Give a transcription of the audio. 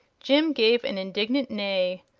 jim gave an indignant neigh.